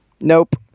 nope